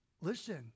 Listen